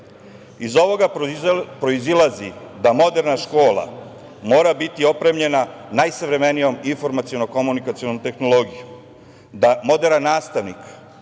ovoga proizilazi da moderna škola mora biti opremljena najsavremenijom informaciono-komunikacionom tehnologijom, da moderan nastavnik